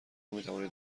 میتوانید